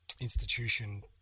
institution